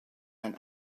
and